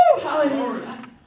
Hallelujah